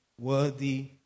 Worthy